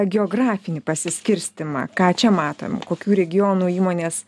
geografinį pasiskirstymą ką čia matom kokių regionų įmonės